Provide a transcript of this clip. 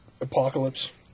Apocalypse